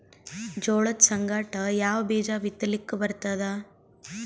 ಜೋಳದ ಸಂಗಾಟ ಯಾವ ಬೀಜಾ ಬಿತಲಿಕ್ಕ ಬರ್ತಾದ?